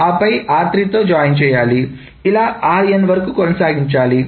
ఆపై r3 తో join చేయాలి ఇలా rn వరకు కొనసాగించాలి